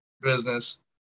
business